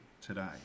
today